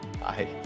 bye